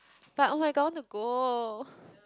but [oh]-my-god I want to go